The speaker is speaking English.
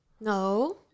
No